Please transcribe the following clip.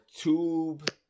tube